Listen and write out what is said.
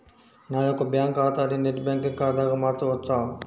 నా యొక్క బ్యాంకు ఖాతాని నెట్ బ్యాంకింగ్ ఖాతాగా మార్చవచ్చా?